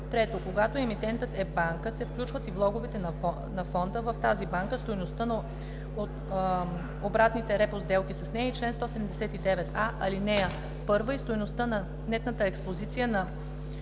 3. когато емитентът е банка, се включват и влоговете на фонда в тази банка, стойността на обратните репо сделки с нея по чл. 179а, ал. 1 и стойността на нетната експозиция по